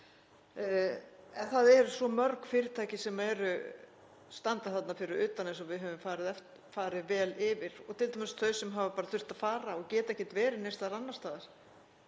En það eru svo mörg fyrirtæki sem standa þarna fyrir utan eins og við höfum farið vel yfir, t.d. þau sem hafa þurft að fara og geta ekki verið neins staðar annars staðar,